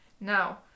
Now